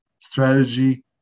strategy